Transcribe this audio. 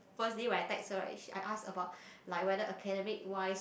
first day when I text her right I ask about like whether academic wise